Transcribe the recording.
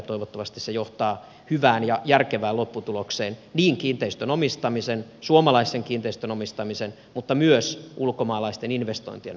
toivottavasti se johtaa hyvään ja järkevään lopputulokseen niin suomalaisten kiinteistöomistamisen kuin myös suomeen kohdistuvien ulkomaalaisten investointien näkökulmasta